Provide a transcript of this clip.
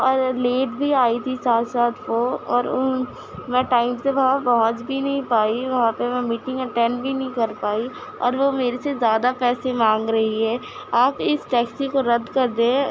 اور لیٹ بھی آئی تھی ساتھ ساتھ وہ اور اُن میں ٹائم سے وہاں پہنچ بھی نہیں پائی وہاں پہ میں میٹنگ اٹینڈ بھی نہیں کر پائی اور وہ میرے سے زیادہ پیسے مانگ رہی ہے آپ اِس ٹیکسی کو رد کردیں